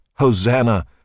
Hosanna